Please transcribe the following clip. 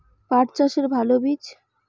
পাঠ চাষের ভালো বীজ?